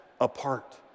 apart